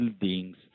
buildings